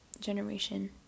generation